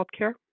healthcare